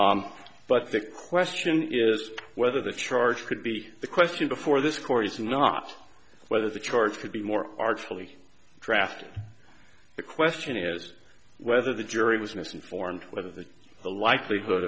here but the question is whether the charge could be the question before this court is not whether the charge should be more artfully drafted the question is whether the jury was misinformed whether there's a likelihood